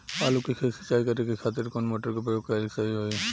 आलू के खेत सिंचाई करे के खातिर कौन मोटर के प्रयोग कएल सही होई?